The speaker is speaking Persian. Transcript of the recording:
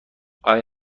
آیا